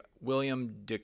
William